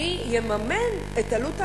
מי יממן את עלות ההתאמות?